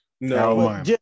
No